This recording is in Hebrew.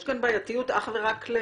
יש כאן בעייתיות רק למאכערים.